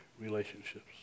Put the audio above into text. relationships